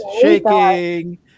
shaking